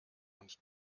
und